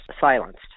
silenced